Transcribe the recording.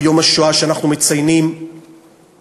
או יום השואה שאנחנו מציינים אצלנו,